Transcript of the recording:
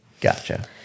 Gotcha